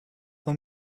for